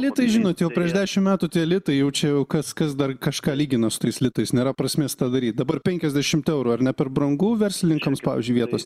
litai žinot jau prieš dešimt metų tie litai jau čia jau kas kas dar kažką lygina su tais litais nėra prasmės tą daryt dabar penkiasdešimt eurų ar ne per brangu verslininkams pavyzdžiui vietos